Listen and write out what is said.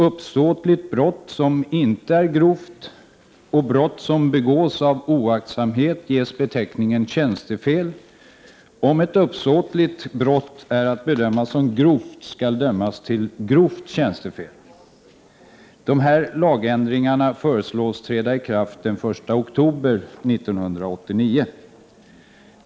Uppsåtligt brott som inte är grovt och brott som begås av oaktsamhet ges beteckningen De här lagändringarna föreslås träda i kraft den 1 oktober 1989.